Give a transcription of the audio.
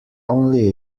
only